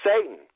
Satan